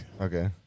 Okay